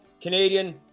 Canadian